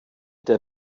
der